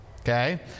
Okay